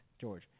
george